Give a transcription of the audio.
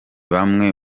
bamwe